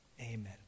Amen